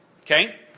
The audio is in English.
Okay